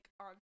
on